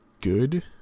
good